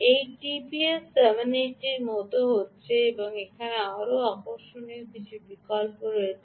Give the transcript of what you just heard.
এই টিপিএস 780 এর মতো মনে হচ্ছে এমন আরও একটি আকর্ষণীয় বিকল্প রয়েছে